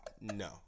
no